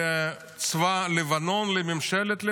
לצבא לבנון, לממשלת לבנון,